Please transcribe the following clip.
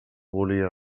volia